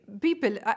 people